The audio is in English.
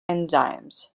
enzymes